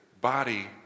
body